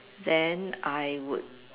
then I would